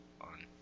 on